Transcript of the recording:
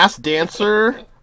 Dancer